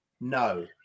no